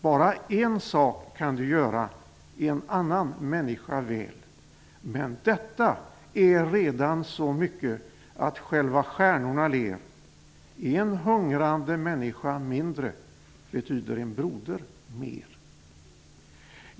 Bara en sak kan du göra En annan människa väl. Men detta är redan så mycket att själva stjärnorna ler. En hungrande människa mindre betyder en broder mer.